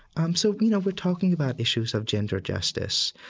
um so, you know, we're talking about issues of gender justice.